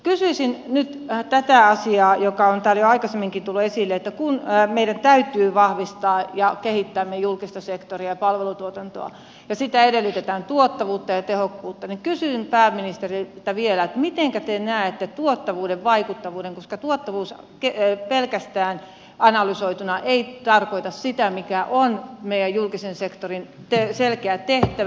kysyisin nyt tätä asiaa joka on täällä jo aikaisemminkin tullut esille kun meidän täytyy vahvistaa ja kehittää meidän julkista sektoria ja palvelutuotantoa ja siltä edellytetään tuottavuutta ja tehokkuutta kysyn pääministeriltä vielä mitenkä te näette tuottavuuden ja vaikuttavuuden koska pelkästään tuottavuus analysoituna ei tarkoita sitä mikä on meidän julkisen sektorin selkeä tehtävä